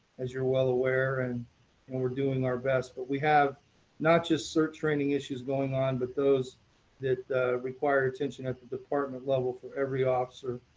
as you're well aware, and and we're doing our best, but we have not just cert training issues going on, but those that require attention at the department level for every officer,